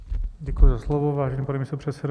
Děkuji za slovo, vážený pane místopředsedo.